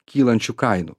kylančių kainų